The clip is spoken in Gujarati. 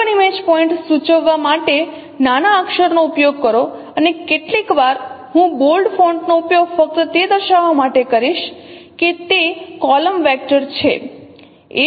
કોઈપણ ઇમેજ પોઇન્ટ સૂચવવા માટે નાના અક્ષરનો ઉપયોગ કરો અને કેટલીકવાર હું બોલ્ડ ફોન્ટ નો ઉપયોગ ફક્ત તે દર્શાવવા માટે કરીશ કે તે કોલમ વેક્ટર છે